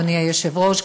אדוני היושב-ראש,